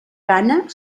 gana